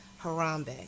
Harambe